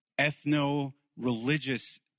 ethno-religious